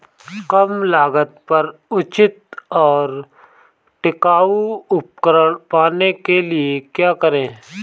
कम लागत पर उचित और टिकाऊ उपकरण पाने के लिए क्या करें?